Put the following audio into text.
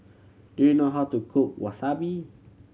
do you know how to cook Wasabi